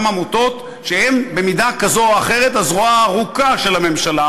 עמותות שהן במידה כזאת או אחרת הזרוע הארוכה של הממשלה,